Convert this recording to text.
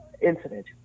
incident